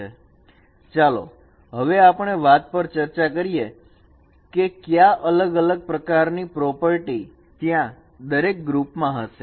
હવે ચાલો આપણે વાત પર ચર્ચા કરીએ કે કયા અલગ પ્રકાર ની પ્રોપર્ટી ત્યાં દરેક ગ્રુપમાં હશે